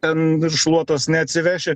ten ir šluotos neatsiveši